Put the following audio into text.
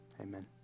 Amen